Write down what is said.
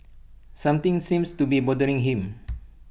something seems to be bothering him